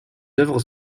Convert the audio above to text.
œuvres